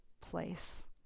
place